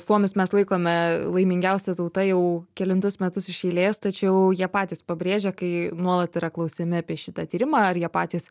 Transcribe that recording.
suomius mes laikome laimingiausia tauta jau kelintus metus iš eilės tačiau jie patys pabrėžia kai nuolat yra klausiami apie šitą tyrimą ar jie patys